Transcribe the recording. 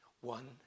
one